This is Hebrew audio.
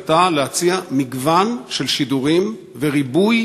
הייתה להציע מגוון של שידורים וריבוי